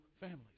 families